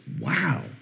Wow